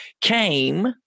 came